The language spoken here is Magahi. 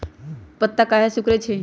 पत्ता काहे सिकुड़े छई?